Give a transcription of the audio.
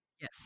Yes